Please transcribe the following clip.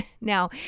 Now